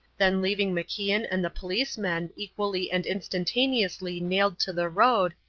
then leaving macian and the policemen equally and instantaneously nailed to the road,